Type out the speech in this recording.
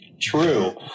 true